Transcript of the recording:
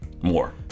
more